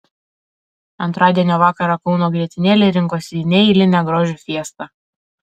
antradienio vakarą kauno grietinėlė rinkosi į neeilinę grožio fiestą